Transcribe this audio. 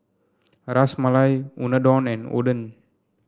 Ras Malai Unadon and Oden